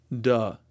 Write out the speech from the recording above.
duh